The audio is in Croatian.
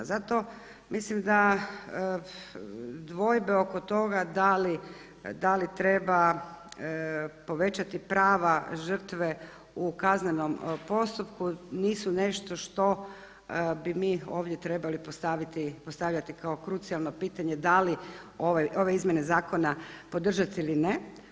Zato mislim da dvojbe oko toga da li treba povećati prava žrtve u kaznenom postupku nisu nešto što bi mi ovdje trebali postavljati kao krucijalno pitanje da li ove izmjene zakona podržati ili ne.